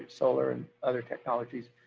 solar, and other technologies.